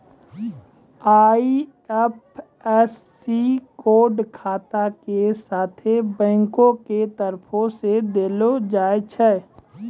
IFSC code खाता के साथे बैंको के तरफो से देलो जाय छै